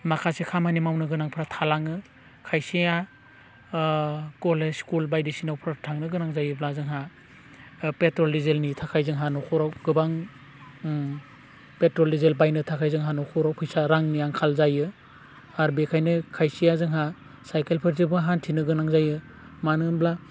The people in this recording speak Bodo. माखासे खामानि मावनो गोनांफोर थालाङो खायसेया कलेज स्खुल बायदिसिनाफोराव थांनो गोनां जायोब्ला जोंहा पेट्रल दिजेलनि थाखाय जोंहा न'खराव गोबां पेट्रल दिजेल बायनो थाखाय जोंहा न'खराव फैसा रांनि आंखाल जायो आरो बेखायनो खायसेया जोंहा साइकेलफोरजोंबो हान्थिनो गोनां जायो मानो होनब्ला